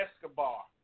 Escobar